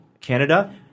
Canada